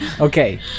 Okay